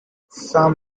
some